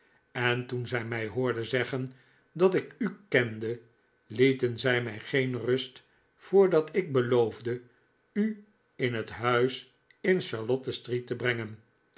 en toen zij mij hoorden zeggen dat ik u kende lieten zij mij geen rust voordat ik beloofde u in het huis in charlottestreet te brengen